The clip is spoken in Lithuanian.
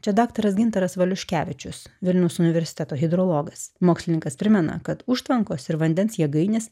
čia daktaras gintaras valiuškevičius vilniaus universiteto hidrologas mokslininkas primena kad užtvankos ir vandens jėgainės